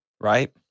right